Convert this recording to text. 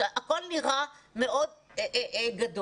הכול נראה מאוד גדול.